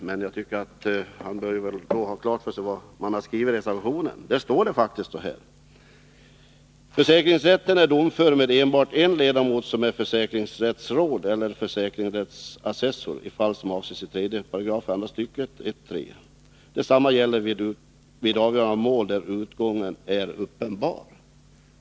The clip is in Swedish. Men jag tycker att han bör ha klart för sig vad som skrivits i reservationen. Där står det faktiskt: ”Försäkringsrätten är domför med enbart en ledamot, som är försäkringsrättsråd eller försäkringsrättsassessor, i fall som avses i 3 § andra stycket 1-3. Detsamma gäller vid avgörande av mål där utgången är uppenbar ——--.